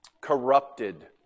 corrupted